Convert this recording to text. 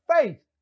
faith